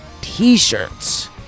T-shirts